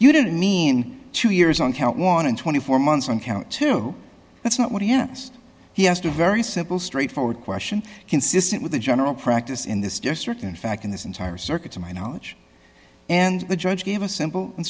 you don't mean two years on count one and twenty four months on count two that's not what he asked he asked a very simple straightforward question consistent with the general practice in this district in fact in this entire circuit to my knowledge and the judge gave a simple and